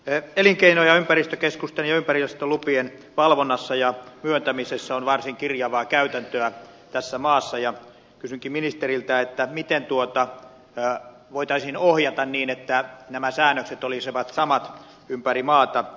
elinkeino ja ympäristökeskusten ja ympäristölupien valvonnassa ja myöntämisessä on varsin kirjavaa käytäntöä tässä maassa ja kysynkin ministeriltä miten tuota voitaisiin ohjata niin että nämä säännökset olisivat samat ympäri maata